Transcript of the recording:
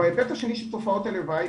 בהיבט השני של תופעות הלוואי,